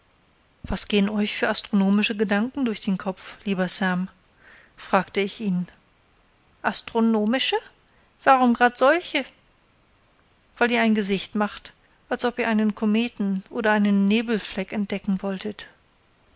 was gehen euch für astronomische gedanken durch den kopf lieber sam fragte ich ihn astronomische warum grad solche weil ihr ein gesicht macht als ob ihr einen kometen oder einen nebelfleck entdecken wolltet